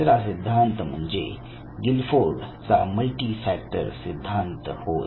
तिसरा सिद्धांत म्हणजे गिलफोर्ड चा मल्टी फॅक्टर सिद्धांत होय